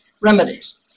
remedies